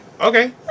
okay